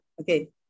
okay